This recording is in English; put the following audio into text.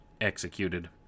executed